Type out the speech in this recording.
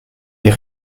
les